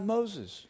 Moses